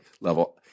level